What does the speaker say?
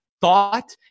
thought